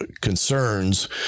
concerns